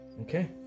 okay